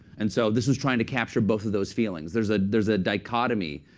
and so this was trying to capture both of those feelings. there's ah there's a dichotomy.